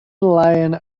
lion